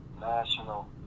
national